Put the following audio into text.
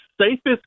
safest